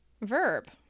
Verb